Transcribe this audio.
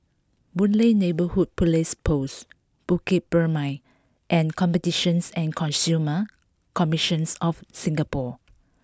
Boon Lay Neighbourhood Police Post Bukit Purmei and Competitions and Consumer Commissions of Singapore